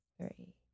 three